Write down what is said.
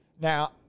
Now